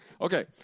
Okay